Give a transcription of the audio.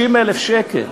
60,000 שקל,